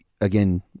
again